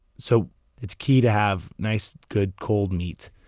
so it's key to have nice, good, cold meat.